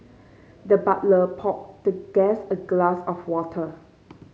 the butler poured the guest a glass of water